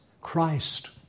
Christ